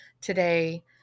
today